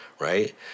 right